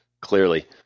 Clearly